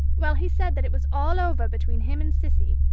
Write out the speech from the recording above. well, he said that it was all over between him and cissy,